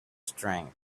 strength